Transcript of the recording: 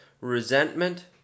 resentment